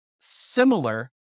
similar